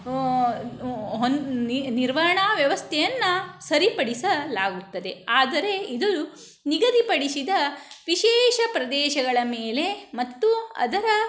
ಹೊ ಒ ಒಂದು ನಿರ್ವಹಣಾ ವ್ಯವಸ್ಥೆಯನ್ನು ಸರಿಪಡಿಸಲಾಗುತ್ತದೆ ಆದರೆ ಇದು ನಿಗದಿಪಡಿಸಿದ ವಿಶೇಷ ಪ್ರದೇಶಗಳ ಮೇಲೆ ಮತ್ತು ಅದರ